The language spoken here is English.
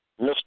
Mr